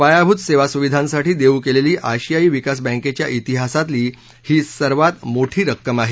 पायाभूत सेवासुविधांसाठी देऊ केलेली आशियाई विकास बँकेच्या इतिहासातली ही सर्वात मोठी रक्कम आहे